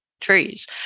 trees